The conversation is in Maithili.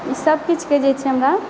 ई सबकीछु के जे छै हमरा